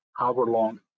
hour-long